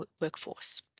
workforce